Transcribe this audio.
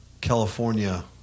California